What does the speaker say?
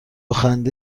خنده